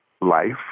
life